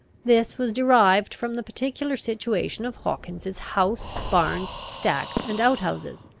this was derived from the particular situation of hawkins's house, barns, stacks, and outhouses.